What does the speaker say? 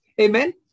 Amen